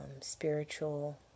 spiritual